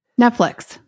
Netflix